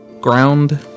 ground